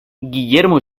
guillermo